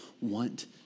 want